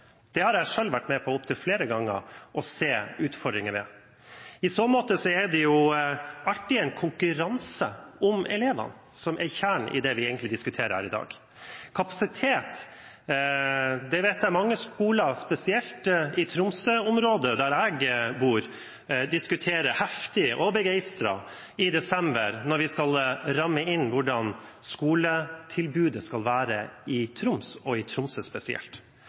Det har jeg selv, opptil flere ganger, opplevd å se utfordringer ved. I så måte er det alltid en konkurranse om elevene, som egentlig er kjernen i det vi diskuterer i dag. Mange skoler, spesielt i Tromsø-området, der jeg bor, diskuterer kapasitet heftig og begeistret i desember når man skal ramme inn hvordan skoletilbudet skal være i Troms, og i Tromsø spesielt.